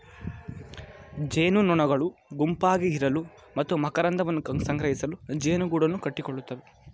ಜೇನುನೊಣಗಳು ಗುಂಪಾಗಿ ಇರಲು ಮತ್ತು ಮಕರಂದವನ್ನು ಸಂಗ್ರಹಿಸಲು ಜೇನುಗೂಡನ್ನು ಕಟ್ಟಿಕೊಳ್ಳುತ್ತವೆ